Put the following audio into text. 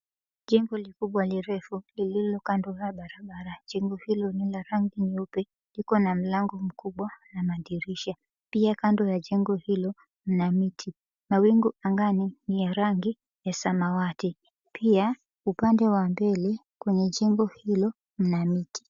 Jengo likubwa lirefu lililo kando ya barabara. Jengo hilo ni la rangi nyeupe, liko na mlango mkubwa na madirisha. Pia kando ya jengo hilo mna miti. Mawingu angani ni ya rangi ya samawati. Pia upande wa mbele kwenye jengo hilo mna miti.